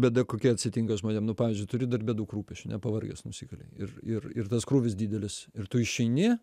bėda kokia atsitinka žmonėm nu pavyzdžiui turi darbe daug rūpesčių ane pavargęs nusikali ir ir ir tas krūvis didelis ir tu išeini